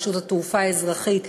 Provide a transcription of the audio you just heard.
רשות התעופה האזרחית,